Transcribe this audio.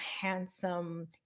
handsome